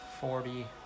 forty